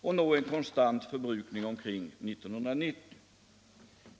och att nå en konstant förbrukning omkring 1990.